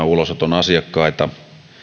ulosoton asiakkaita